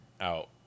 out